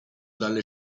dalle